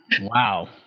Wow